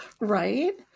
Right